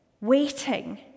waiting